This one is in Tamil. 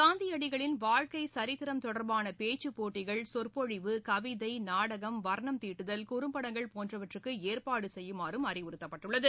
காந்தியடிகளின் வாழ்கை சரித்திரம் தொடர்பான பேச்சுப் போட்டிகள் சொற்பொழிவு கவிதை நாடகம் வா்ணம் தீட்டுதல் குறும்படங்கள் போன்றவற்றுககு ஏற்பாடு செய்யுமாறு அறிவுறுத்தப்பட்டுள்ளது